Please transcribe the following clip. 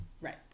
Right